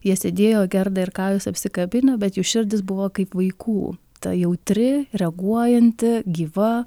jie sėdėjo gerda ir kajus apsikabino bet jų širdys buvo kaip vaikų ta jautri reaguojanti gyva